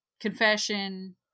confession